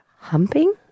humping